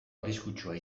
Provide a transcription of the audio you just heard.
arriskutsua